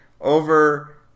over